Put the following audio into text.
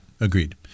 Agreed